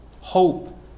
Hope